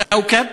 כאוכב,